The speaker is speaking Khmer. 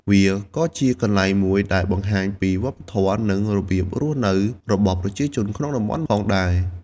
វាក៏ជាកន្លែងមួយដែលបង្ហាញពីវប្បធម៌ និងរបៀបរស់នៅរបស់ប្រជាជនក្នុងតំបន់ផងដែរ។